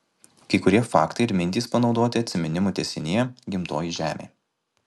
kai kurie faktai ir mintys panaudoti atsiminimų tęsinyje gimtoji žemė